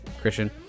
Christian